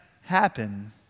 happen